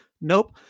nope